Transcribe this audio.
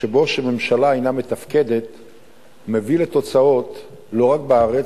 שממשלה אינה מתפקדת בו, מביא לתוצאות לא רק בארץ,